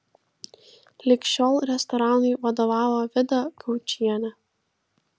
lig šiol restoranui vadovavo vida gaučienė